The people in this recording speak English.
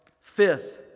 Fifth